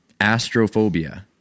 astrophobia